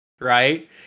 right